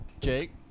Jake